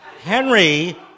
Henry